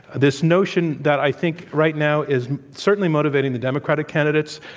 this notion that i think right now is certainly motivating the democratic candidates,